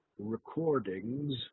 Recordings